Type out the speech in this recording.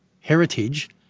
heritage